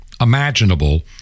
imaginable